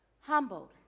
humbled